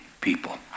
people